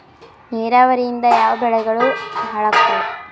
ನಿರಾವರಿಯಿಂದ ಯಾವ ಬೆಳೆಗಳು ಹಾಳಾತ್ತಾವ?